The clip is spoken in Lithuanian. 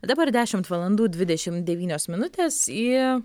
dabar dešimt valandų dvidešim devynios minutes į